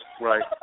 Right